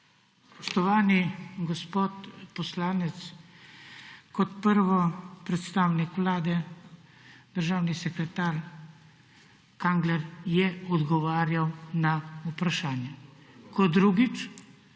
Spoštovani gospod poslanec. Kot prvo, predstavnik vlade državni sekretar Kangler je odgovarjal na vprašanje. Kot drugič,